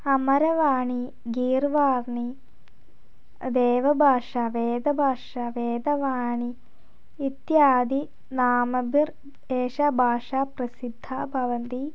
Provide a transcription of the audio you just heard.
अमरवाणी गीर्वाणी देवभाषा वेदभाषा वेदवाणी इत्यादिनामभिः एषा भाषा प्रसिद्धा भवति